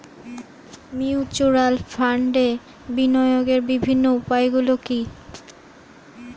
Mutual ফান্ডে বিনিয়োগের বিভিন্ন উপায়গুলি কি কি?